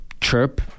chirp